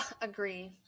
Agree